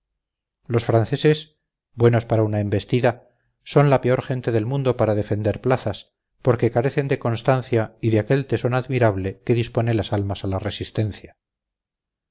los franceses buenos para una embestida son la peor gente del mundo para defender plazas porque carecen de constancia y de aquel tesón admirable que dispone las almas a la resistencia